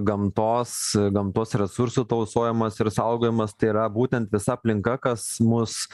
gamtos gamtos resursų tausojimas ir saugojimas tai yra būtent visa aplinka kas mus